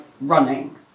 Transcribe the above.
running